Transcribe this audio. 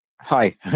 Hi